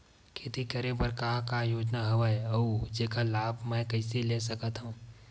खेती करे बर का का योजना हवय अउ जेखर लाभ मैं कइसे ले सकत हव?